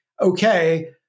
okay